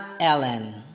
Ellen